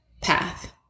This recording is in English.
path